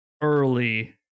early